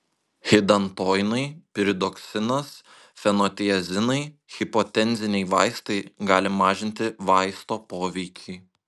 hidantoinai piridoksinas fenotiazinai hipotenziniai vaistai gali mažinti vaisto poveikį